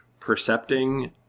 percepting